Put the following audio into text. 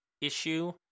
issue